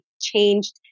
changed